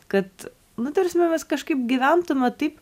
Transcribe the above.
kad nu ta prasme mes kažkaip gyventume taip